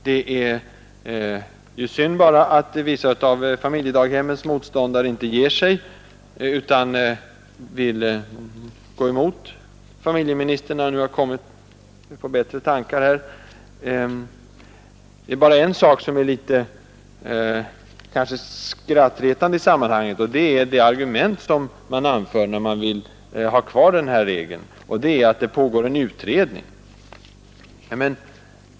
Det är bara synd att vissa av familjedaghemmens motståndare inte ger sig utan vill gå emot familjeministern som nu har kommit på bättre tankar. Något skrattretande är det argument som anförs för att ha kvar reglerna, nämligen att det pågår en utredning.